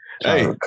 Hey